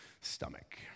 stomach